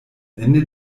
ende